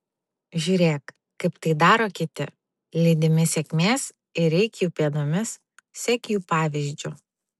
žiūrėk kaip tai daro kiti lydimi sėkmės ir eik jų pėdomis sek jų pavyzdžiu